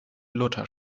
luther